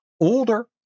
older